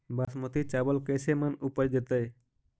बासमती चावल कैसे मन उपज देतै?